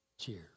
Cheers